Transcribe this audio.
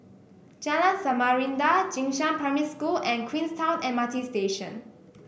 Jalan Samarinda Jing Shan Primary School and Queenstown M R T Station